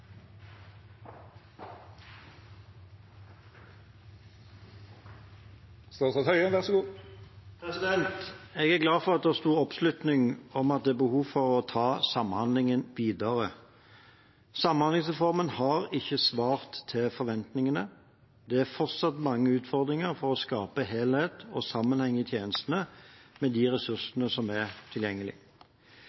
glad for at det er stor oppslutning om at det er behov for å ta samhandling videre. Samhandlingsreformen har ikke svart til forventningene. Det er fortsatt mange utfordringer for å skape helhet og sammenheng i tjenestene – med de